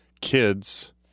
kids